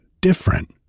different